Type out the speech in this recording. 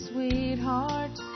Sweetheart